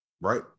Right